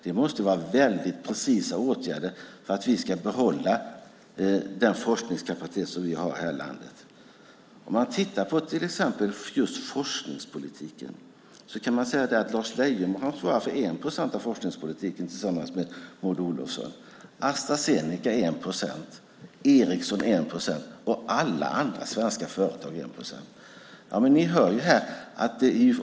Det måste vara väldigt precisa åtgärder för att vi ska behålla den forskningskapacitet som vi har i det här landet. Om man tittar på till exempel forskningspolitiken kan man säga att Lars Leijonborg tillsammans med Maud Olofsson svarar för 1 procent av forskningspolitiken, Astra Zeneca 1 procent, Ericsson 1 procent och alla andra svenska företag 1 procent.